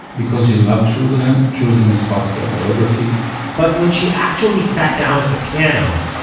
because she loved jerusalem. jerusalem is part of her biography but when she actually sat down at the piano,